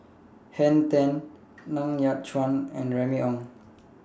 Henn Tan Ng Yat Chuan and Remy Ong